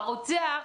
הרוצח,